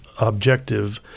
objective